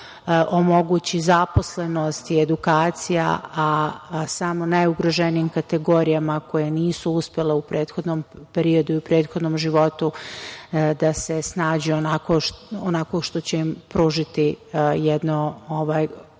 omogući zaposlenost i edukacija, a samo najugroženijim kategorijama koje nisu uspele u prethodnom periodu i prethodnom životu da se snađu onako kako će im pružiti jedan